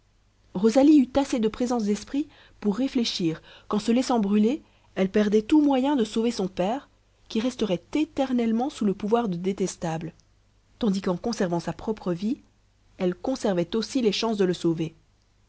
rosalie eut assez de présence d'esprit pour réfléchir qu'en se laissant brûler elle perdait tout moyen de sauver son père qui resterait éternellement sous le pouvoir de détestable tandis qu'en conservant sa propre vie elle conservait aussi les chances de le sauver